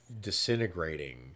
disintegrating